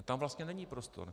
Tam vlastně není prostor.